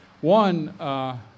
One